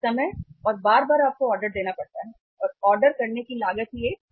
समय और बार बार आपको ऑर्डर देना पड़ता है और ऑर्डर करने की लागत ही एक उच्च लागत है